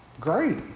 Great